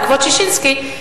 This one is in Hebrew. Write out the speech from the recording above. בעקבות ששינסקי,